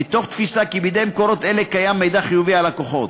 מתוך תפיסה שבידי מקורות אלה קיים מידע חיוני על לקוחות.